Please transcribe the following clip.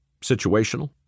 situational